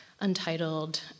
untitled